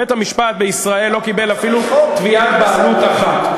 בית-המשפט בישראל לא קיבל אפילו תביעת בעלות אחת.